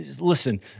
listen